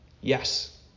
yes